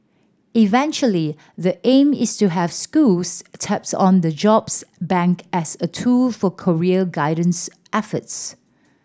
eventually the aim is to have schools taps on the jobs bank as a tool for career guidance efforts